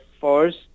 first